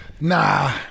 Nah